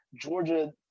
Georgia